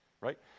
right